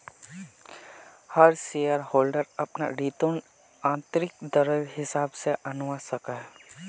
हर shareholder अपना return आंतरिक दरर हिसाब से आंनवा सकोह